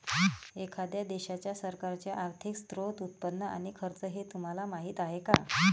एखाद्या देशाच्या सरकारचे आर्थिक स्त्रोत, उत्पन्न आणि खर्च हे तुम्हाला माहीत आहे का